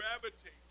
gravitate